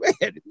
man